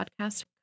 podcast